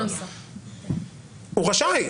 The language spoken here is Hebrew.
הוא רשאי.